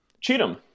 Cheatham